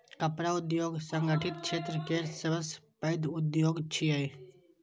कपड़ा उद्योग संगठित क्षेत्र केर सबसं पैघ उद्योग छियै